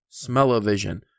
Smellovision